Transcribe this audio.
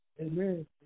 Amen